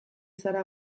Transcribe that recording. zara